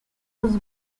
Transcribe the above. was